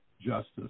justice